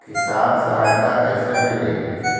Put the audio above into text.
किसान सहायता कईसे मिली?